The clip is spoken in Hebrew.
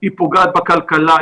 זה פוגע בכלכלה,